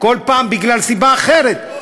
כל פעם בגלל סיבה אחרת.